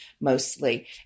mostly